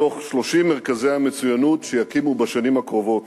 מתוך 30 מרכזי המצוינות שיקומו בשנים הקרובות.